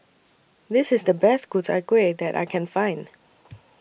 This IS The Best Ku Chai Kueh that I Can Find